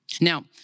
Now